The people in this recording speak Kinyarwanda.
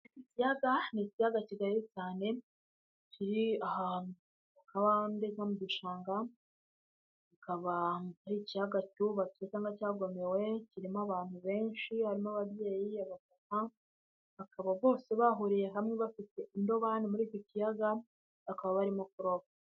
Ikiyaga, ni ikiyaga kigari cyane kiri ahantu mu kabande nko mu gishanga, kikaba ari icya cyubatswe cyangwa cyagomewe, kirimo abantu benshi harimo ababyeyi bakaba bose bahuriye hamwe bafite indobani muri icyo kiyaga, bakaba barimo kuroba.